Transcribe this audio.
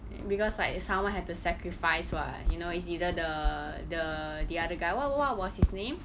because like someone had to sacrifice [what] you know is either the the the other guy what what was his name